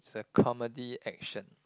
it's a comedy action